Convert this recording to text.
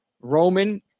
Roman